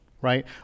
right